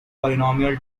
polynomial